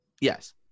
yes